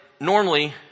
normally